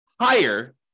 higher